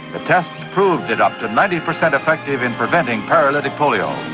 the tests proved it up to ninety percent effective in preventing paralytic polio.